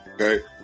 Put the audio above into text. Okay